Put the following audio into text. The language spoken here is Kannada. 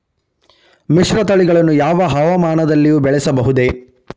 ಮಿಶ್ರತಳಿಗಳನ್ನು ಯಾವ ಹವಾಮಾನದಲ್ಲಿಯೂ ಬೆಳೆಸಬಹುದೇ?